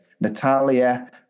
Natalia